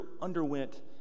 underwent